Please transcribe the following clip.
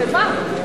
שמה?